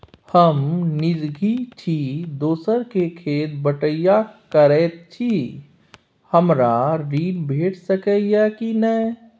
हम निजगही छी, दोसर के खेत बटईया करैत छी, हमरा ऋण भेट सकै ये कि नय?